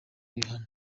ibihano